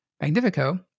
Magnifico